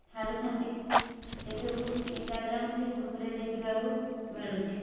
ଛାଡ଼ୁଛନ୍ତି ସେସବୁ ଇନ୍ଷ୍ଟାଗ୍ରାମ୍ ଫେସ୍ବୁକ୍ରେ ଦେଖିବାକୁ ମିଳୁଛି